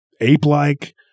ape-like